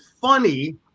funny